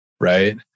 Right